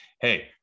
hey